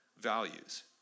values